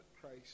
Christ